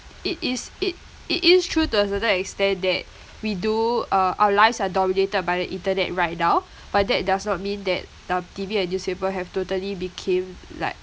it is it it is true to a certain extent that we do uh our lives are dominated by the internet right now but that does not mean that um T_V and newspaper have totally became like